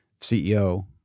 CEO